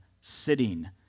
sitting